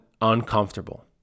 uncomfortable